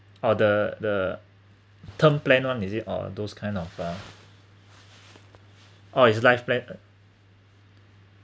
or the the term plan [one] is it or those kind of um oh it's life plan